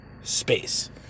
space